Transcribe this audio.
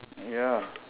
ya